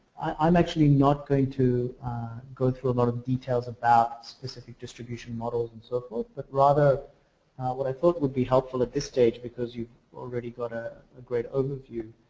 um actually not going to go through a lot of details about specific distribution models and so forth but rather what i thought would be helpful at this stage because you already got ah a great overview.